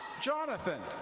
jonathan.